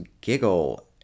giggle